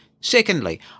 Secondly